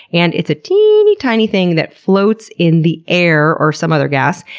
and it's a teeeeny tiny thing that floats in the air or some other gas.